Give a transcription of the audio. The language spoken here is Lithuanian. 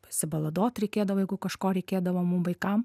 pasibaladot reikėdavo jeigu kažko reikėdavo mum vaikam